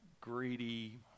greedy